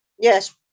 Yes